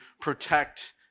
protect